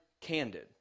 candid